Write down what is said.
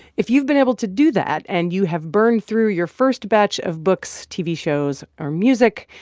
if you've been able to do that and you have burned through your first batch of books, tv shows or music,